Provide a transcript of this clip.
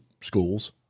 schools